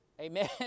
Amen